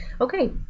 Okay